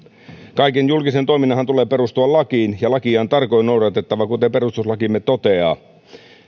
kaiken julkisen toiminnanhan tulee perustua lakiin ja lakia on tarkoin noudatettava kuten perustuslakimme toteaa